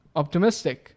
optimistic